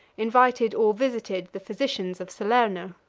invited or visited the physicians of salerno.